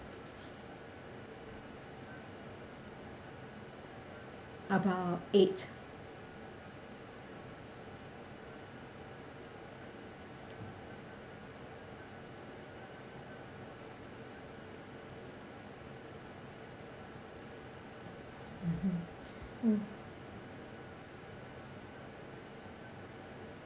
about eight mmhmm mm